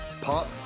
pop